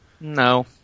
No